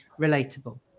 relatable